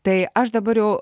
tai aš dabar jau